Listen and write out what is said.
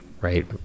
right